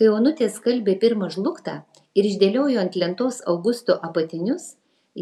kai onutė skalbė pirmą žlugtą ir išdėliojo ant lentos augusto apatinius